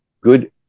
good